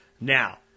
Now